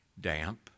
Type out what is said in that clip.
damp